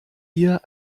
hier